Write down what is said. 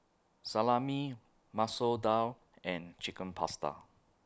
Salami Masoor Dal and Chicken Pasta